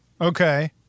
Okay